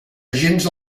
agents